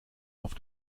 auf